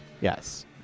Yes